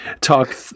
talk